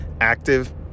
active